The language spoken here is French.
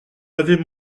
l’avez